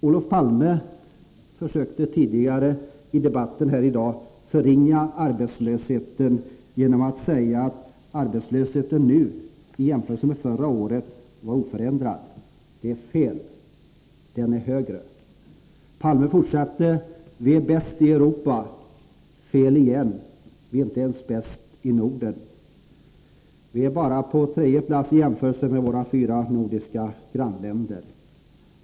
Olof Palme försökte tidigare i debatten här i dag förringa arbetslösheten genom att säga att arbetslösheten nu — i jämförelse med förra året — var oförändrad. Detta är fel — den är högre! Palme fortsatte: Vi är bäst i Europa. Fel igen! Vi är inte ens bäst i Norden. Vi är bara på tredje plats i jämförelse med våra fyra nordiska grannländer.